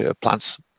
Plants